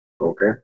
Okay